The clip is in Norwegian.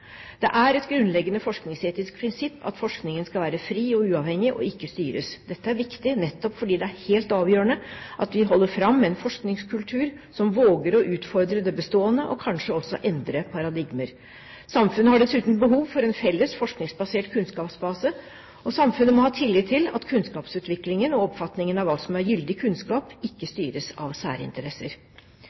Det er et grunnleggende forskningsetisk prinsipp at forskningen skal være fri og uavhengig og ikke styres. Dette er viktig nettopp fordi det er helt avgjørende at vi holder fram med en forskningskultur som våger å utfordre det bestående og kanskje også endre paradigmer. Samfunnet har dessuten behov for en felles forskningsbasert kunnskapsbase, og samfunnet må ha tillit til at kunnskapsutviklingen og oppfatningen av hva som er gyldig kunnskap, ikke styres av særinteresser.